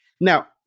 Now